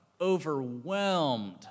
overwhelmed